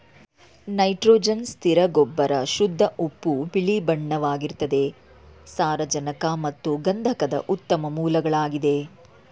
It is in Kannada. ನೈಟ್ರೋಜನ್ ಸ್ಥಿರ ಗೊಬ್ಬರ ಶುದ್ಧ ಉಪ್ಪು ಬಿಳಿಬಣ್ಣವಾಗಿರ್ತದೆ ಸಾರಜನಕ ಮತ್ತು ಗಂಧಕದ ಉತ್ತಮ ಮೂಲಗಳಾಗಿದೆ